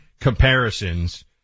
comparisons